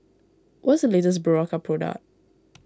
what is the latest Berocca product